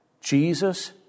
Jesus